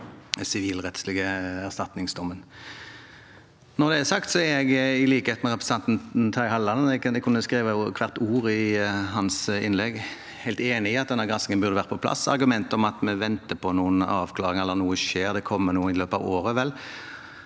sivilrettslige erstatningsdommen. Når det er sagt, er jeg i likhet med representanten Terje Halleland – jeg kunne skrevet hvert ord i hans innlegg – helt enig i at denne granskingen burde vært på plass. Argumentet om at vi venter på en avklaring, på at noe skjer, på at det kommer noe i løpet av året